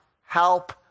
help